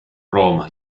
roma